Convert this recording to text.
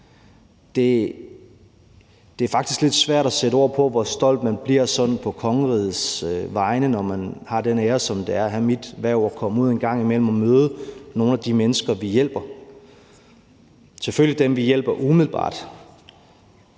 faktisk lidt svært at sætte ord på, hvor stolt man bliver på kongerigets vegne, når man har den ære, som der ligger i mit hverv, en gang imellem at komme ud og møde nogle af de mennesker, vi hjælper. Det gælder navnlig dem, vi hjælper umiddelbart